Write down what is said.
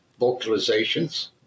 vocalizations